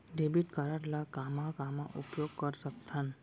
Debit card ला कामा कामा उपयोग कर सकथन?